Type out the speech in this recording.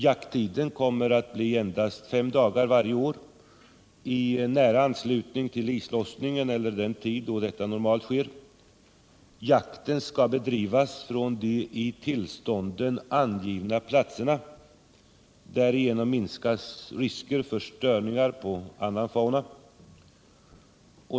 Jakttiden kommer att bli endast fem dagar varje år i nära anslutning till islossningen eller den tid då denna normalt sker. Jakten skall bedrivas från de i tillståndet angivna platserna. Därigenom minskas riskerna för störning på annan fauna.